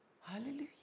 Hallelujah